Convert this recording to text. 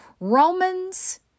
Romans